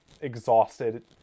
exhausted